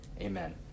Amen